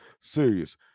serious